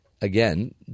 Again